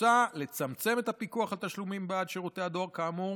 מוצע לצמצם את הפיקוח על תשלומים בעד שירותי דואר כאמור